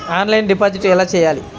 Offline deposit ఎలా చేయాలి?